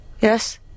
yes